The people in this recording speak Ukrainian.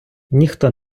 ніхто